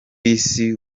isi